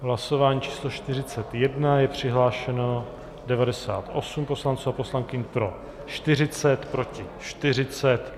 V hlasování číslo 41 je přihlášeno 98 poslanců a poslankyň, pro 40, proti 40.